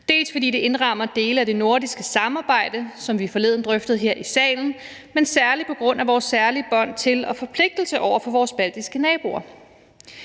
både fordi det indrammer dele af det nordiske samarbejde, som vi forleden drøftede her i salen, men særlig også på grund af vores særlige bånd til og forpligtelser over for vores baltiske naboer.